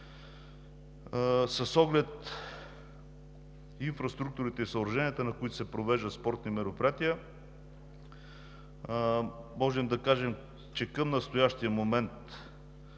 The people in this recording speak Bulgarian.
С оглед инфраструктурите и съоръженията, на които се провеждат спортни мероприятия, може да се каже, че към настоящия момент